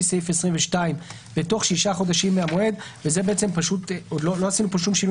סעיף 22 בתוך שישה חודשים מהמועד" --- עוד לא עשינו פה שום שינוי